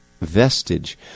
vestige